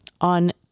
On